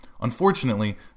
Unfortunately